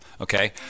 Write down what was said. okay